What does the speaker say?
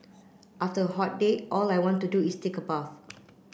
after a hot day all I want to do is take a bath